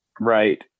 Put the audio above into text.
Right